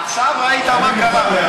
עכשיו ראית מה קרה.